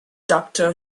doctor